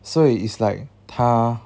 所以 it's like 他